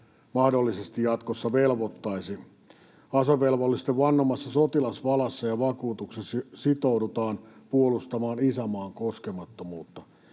mahdollisesti jatkossa velvoittaisi. Asevelvollisten vannomassa sotilasvalassa ja vakuutuksessa sitoudutaan puolustamaan isänmaan koskemattomuutta.